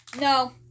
No